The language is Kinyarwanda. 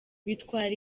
bitwara